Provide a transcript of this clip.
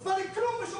(יוסף חדאד יוצא מאולם הוועדה)